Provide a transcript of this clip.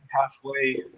halfway